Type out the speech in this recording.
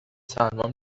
سلمان